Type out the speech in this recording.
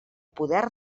poder